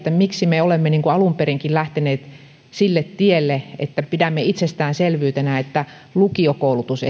miksi me olemme alun perinkin lähteneet sille tielle että pidämme itsestäänselvyytenä että lukiokoulutus